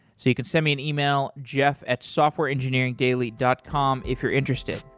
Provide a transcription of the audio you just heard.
so you can send me an email, jeff at softwareengineeringdaily dot com if you're interested.